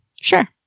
Sure